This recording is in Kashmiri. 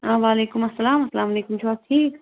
ٲں وَعلیکُم اَلسَلام اَلسَلامُ علیکم چھُو حظ ٹھیٖک